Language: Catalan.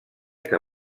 que